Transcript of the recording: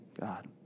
God